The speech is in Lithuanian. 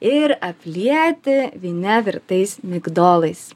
ir aplieti vyne virtais migdolais